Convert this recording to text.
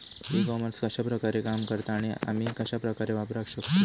E commerce कश्या प्रकारे काम करता आणि आमी कश्या प्रकारे वापराक शकतू?